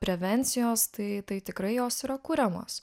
prevencijos tai tai tikrai jos yra kuriamos